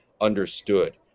understood